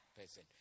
person